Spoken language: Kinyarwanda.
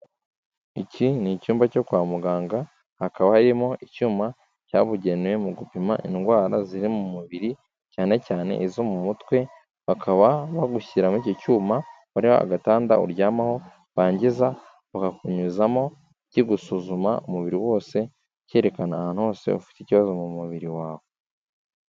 Iki ni icyumba cyo kwa muganga, hakaba harimo icyuma cyabugenewe mu gupima indwara ziri mu mubiri cyane cyane izo mu mutwe, bakaba bagushyira muri icyo cyuma, hariho agatanda uryamaho, barangiza bakakunyuzamo kigusuzuma umubiri wose cyerekana ahantu hose ufite ikibazo mu mubiri wawe.